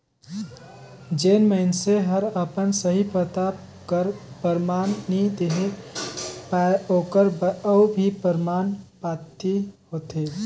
जेन मइनसे हर अपन सही पता कर परमान नी देहे पाए ओकर बर अउ भी परमान पाती होथे